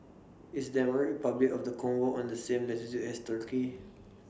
IS Democratic Republic of The Congo on The same latitude as Turkey